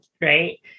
right